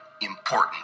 important